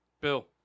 Bill